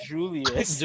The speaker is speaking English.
Julius